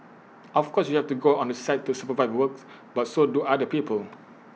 of course you have to go on site to supervise work but so do other people